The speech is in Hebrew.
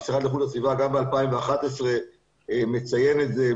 המשרד להגנת הסביבה גם ב-2011 מציין את זה.